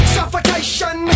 Suffocation